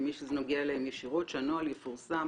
ממי שזה נוגע אליהם ישירות שהנוהל יפורסם